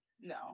No